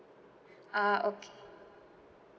ah okay